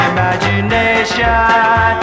Imagination